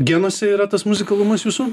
genuose yra tas muzikalumas jūsų